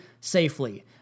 safely